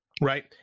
Right